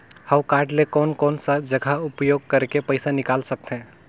हव कारड ले कोन कोन सा जगह उपयोग करेके पइसा निकाल सकथे?